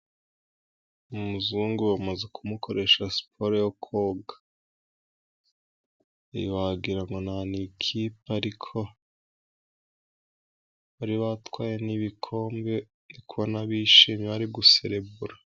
Umuzungu bamaze kumukoresha siporo yo koga, wagira ngo ni ikipe, ariko bari batwaye n'ibikombe. Ndi kubona bari guselebura.